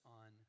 on